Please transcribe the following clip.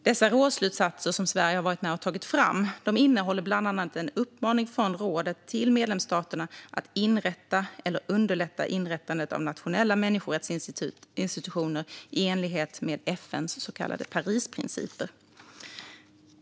Dessa rådsslutsatser som Sverige har varit med och tagit fram innehåller bland annat en uppmaning från rådet till medlemsstaterna att inrätta eller underlätta inrättandet av nationella människorättsinstitutioner i enlighet med FN:s så kallade Parisprinciper.